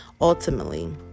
ultimately